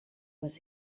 was